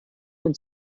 und